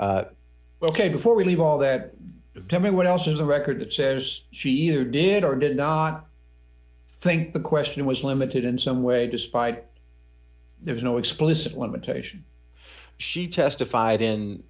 ok before we leave all that to me what else is the record that says she either did or did not think the question was limited in some way despite there is no explicit limitation she testified in